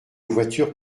voiture